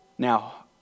Now